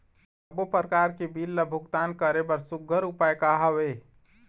सबों प्रकार के बिल ला भुगतान करे बर सुघ्घर उपाय का हा वे?